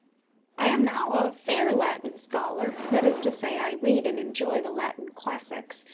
i am now a fair latin scholar that is to say, i read and enjoy the latin classics,